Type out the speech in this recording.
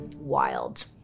Wild